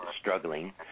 struggling